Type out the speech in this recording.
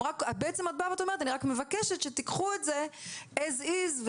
בעצם את באה ואומרת - אני רק מבקשת שתקחו את זה As is.